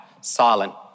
silent